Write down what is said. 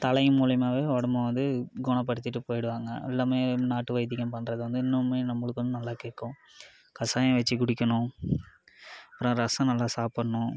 தழையின் மூலிமாவே உடம்ப வந்து குணப்படுத்திட்டு போயிடுவாங்க எல்லாமே நாட்டு வைத்தியம் பண்றது வந்து இன்னுமே நம்மளுக்கு வந்து நல்லா கேட்கும் கசாயம் வெச்சு குடிக்கணும் அப்புறம் ரசம் நல்லா சாப்பிட்ணும்